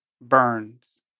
Burns